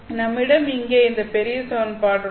நம்மிடம் இங்கே இந்த பெரிய சமன்பாடு உள்ளது